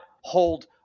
hold